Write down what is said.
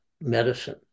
medicine